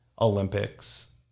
Olympics